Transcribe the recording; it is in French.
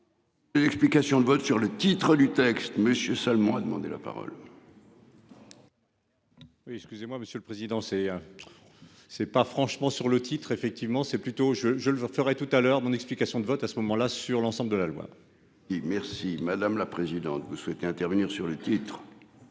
explications de vote sur le titre du texte monsieur seulement a demandé la parole. Oui, excusez-moi monsieur le président, c'est. C'est pas franchement sur le titre effectivement c'est plutôt je je le ferais tout à l'heure dans explication de vote à ce moment-là sur l'ensemble de la loi. Et merci madame la présidente, vous souhaitez intervenir sur le titre.